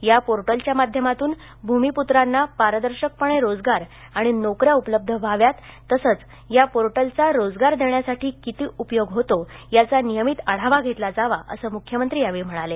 या पोर्टलच्या माध्यमातून भूमिपूत्रांना पारदर्शकपणे रोजगार किंवा नोकऱ्या उपलब्ध व्हाव्यात तसंच या पोर्टलचा रोजगार देण्यासाठी किती उपयोग होतो याचा नियमित आढावा घेतला जावा असं मुख्यमंत्री यावेळी म्हणाले